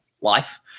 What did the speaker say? life